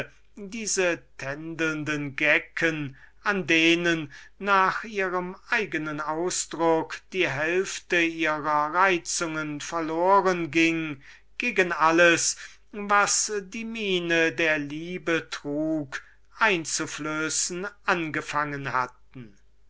diese tändelnden gecken an denen um uns ihres eigenen ausdrucks zu bedienen die hälfte ihrer reizungen verloren ging gegen alles was die miene der liebe trug einzuflößen angefangen hatten